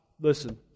Listen